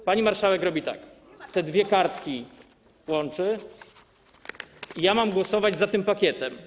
to pani marszałek robi tak: te dwie kartki łączy - i ja mam głosować za tym pakietem.